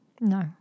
No